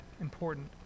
important